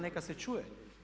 Neka se čuje.